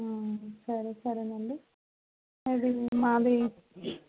సరే సరేనండి అది మాది